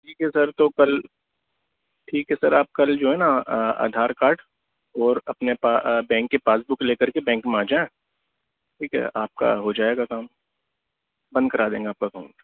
ٹھیک ہے سر تو کل ٹھیک ہے سر آپ کل جو ہے نا آدھار کارڈ اور اپنے بینک کی پاس بک لے کر کے بینک میں آجائیں ٹھیک ہے آپ کا ہو جائے گا کام بند کرا دیں گے آپ کا اکاؤنٹ